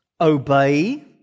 obey